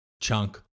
Chunk